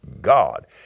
God